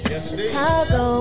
Chicago